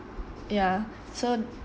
ya so